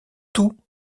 tout